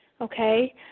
okay